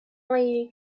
lady